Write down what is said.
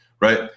right